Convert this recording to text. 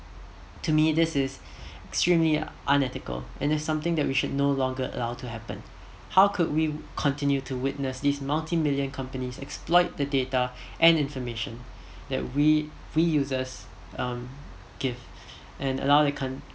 to me this is extremely unethical and it's something what we should no longer allow to happen how could we continue to witness this multi million companies exploit the data and information that we we users um give and allow the com~